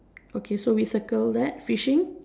okay so we circle that fishing